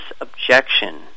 objection